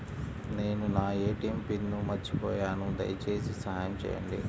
నేను నా ATM pin మర్చిపోయాను దయచేసి సహాయం చేయండి